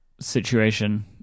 situation